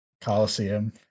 Colosseum